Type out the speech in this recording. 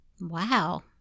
Wow